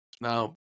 Now